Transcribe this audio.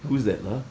who's that lah